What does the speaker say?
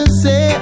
say